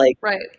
right